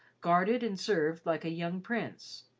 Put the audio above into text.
guarded and served like a young prince,